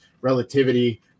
relativity